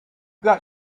got